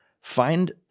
find